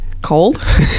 Cold